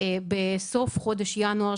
אפשר לראות בעצם שבסוף חודש ינואר,